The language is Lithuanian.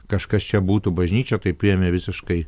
kažkas čia būtų bažnyčia tai priėmė visiškai